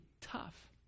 tough